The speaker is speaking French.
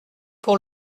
pour